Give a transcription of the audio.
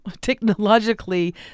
technologically